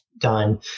done